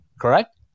correct